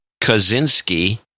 kaczynski